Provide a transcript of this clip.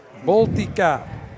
Baltica